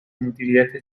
مدیریت